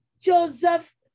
Joseph